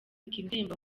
n’indirimbo